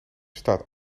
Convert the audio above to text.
staat